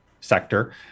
sector